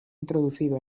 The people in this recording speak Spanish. introducido